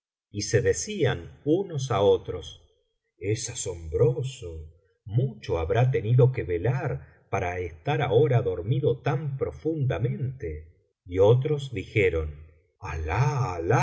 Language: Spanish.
y se decían unos á otros es asombroso mucho habrá tenido que velar para estar ahora dormido tan profundamente y otros dijeron alah alah